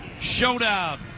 Showdown